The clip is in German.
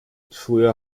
früher